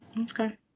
Okay